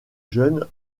jeune